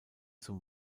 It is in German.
zum